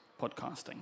podcasting